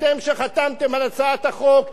אתם שחתמתם על הצעת החוק.